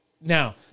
Now